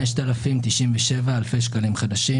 5,097 אלפי שקלים חדשים,